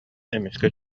эмискэ